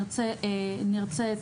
אם תרצה,